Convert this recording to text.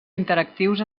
interactius